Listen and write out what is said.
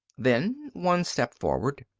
then one stepped forward.